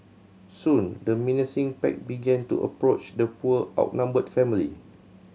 soon the menacing pack began to approach the poor outnumbered family